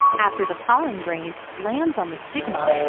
after the pollen grain lands on the stigma,